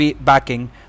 backing